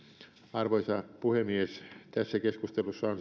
arvoisa puhemies tässä keskustelussa